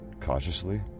Cautiously